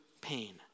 pain